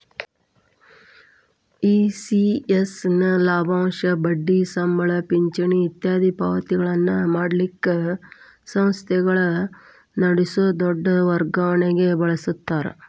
ECS ನ ಲಾಭಾಂಶ, ಬಡ್ಡಿ, ಸಂಬಳ, ಪಿಂಚಣಿ ಇತ್ಯಾದಿ ಪಾವತಿಗಳನ್ನ ಮಾಡಲಿಕ್ಕ ಸಂಸ್ಥೆಗಳ ನಡಸೊ ದೊಡ್ ವರ್ಗಾವಣಿಗೆ ಬಳಸ್ತಾರ